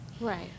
Right